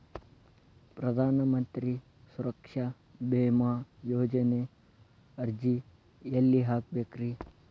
ಪ್ರಧಾನ ಮಂತ್ರಿ ಸುರಕ್ಷಾ ಭೇಮಾ ಯೋಜನೆ ಅರ್ಜಿ ಎಲ್ಲಿ ಹಾಕಬೇಕ್ರಿ?